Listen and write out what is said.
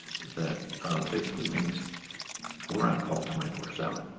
that basically means we're on-call twenty four seven.